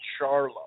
Charlo